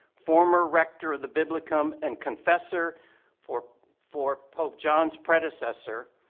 formal rector of the biblicum, and confessor for for pope john's predecessor,